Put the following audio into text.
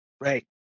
Right